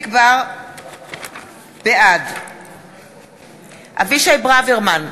בעד אבישי ברוורמן,